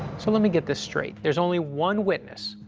so let me get this straight, there's only one witness,